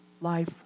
life